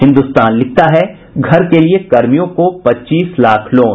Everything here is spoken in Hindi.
हिन्दुस्तान लिखता है घर के लिए कर्मियों को पच्चीस लाख लोन